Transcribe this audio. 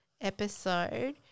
episode